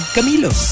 Camilo